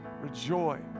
rejoice